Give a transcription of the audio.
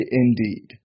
indeed